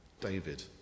David